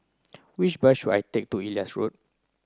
which bus should I take to Ellis Road